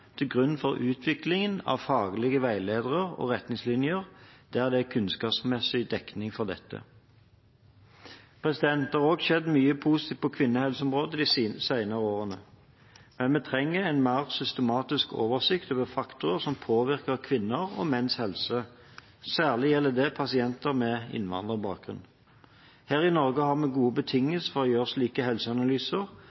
til grunn for utvikling av faglige veiledere og retningslinjer der det er kunnskapsmessig dekning for dette. Det har altså skjedd mye positivt på kvinnehelseområdet de senere årene. Men vi trenger en mer systematisk oversikt over faktorer som påvirker kvinner og menns helse – særlig gjelder det pasienter med innvandrerbakgrunn. Her i Norge har vi gode betingelser for å gjøre slike helseanalyser